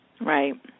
Right